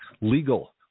legal